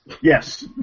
Yes